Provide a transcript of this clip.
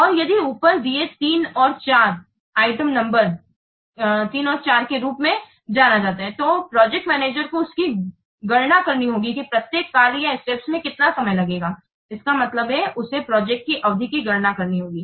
और यदि ऊपर दिए 3 और 4 को दिए गए आइटम नंबर 3 और 4 के रूप में जाना जाता है तो प्रोजेक्ट मैनेजर को उसकी गणना करनी होगी की प्रत्येक कार्य या स्टेप्स में कितना समय लगेगा इसका मतलब है उसे प्रोजेक्ट की अवधि की गणना करनी होगी